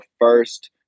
first